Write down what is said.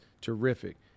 terrific